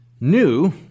new